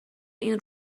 این